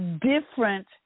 different